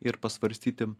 ir pasvarstyti